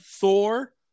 Thor